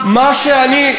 מה שאני,